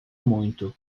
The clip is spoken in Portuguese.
muito